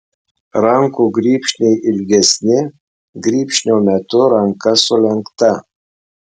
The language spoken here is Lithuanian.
rankų grybšniai ilgesni grybšnio metu ranka sulenkta